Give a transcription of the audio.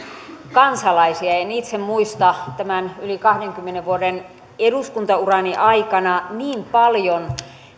kansalaisia en itse muista tämän yli kahdenkymmenen vuoden eduskuntaurani aikana niin paljon